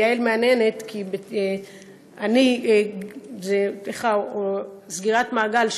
ויעל מהנהנת כי זו סגירת מעגל,